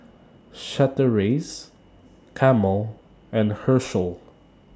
Chateraise Camel and Herschel